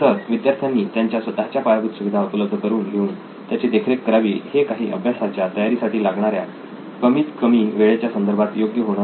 sir विद्यार्थ्यांनी त्यांच्या स्वतःच्या पायाभूत सुविधा उपलब्ध करून घेऊन त्याची देखरेख करावी हे काही अभ्यासाच्या तयारीसाठी लागणाऱ्या कमीत कमी वेळेच्या संदर्भात योग्य होणार नाही